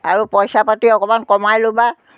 আৰু পইচা পাতি অকমান কমাই ল'বা